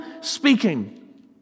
speaking